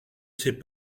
sais